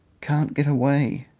can't get away,